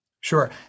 Sure